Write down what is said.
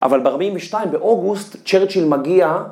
אבל ב-42', באוגוסט, צ'רצ'יל מגיע...